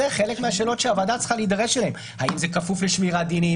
זה חלק מהשאלות שהוועדה צריכה להידרש אליהן: האם זה כפוף לשמירת דינים,